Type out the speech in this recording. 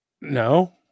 No